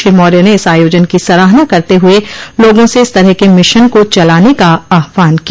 श्री मौर्य ने इस आयोजन की सराहना करते हुए लोगों से इस तरह के मिशन को चलाने का आहवान किया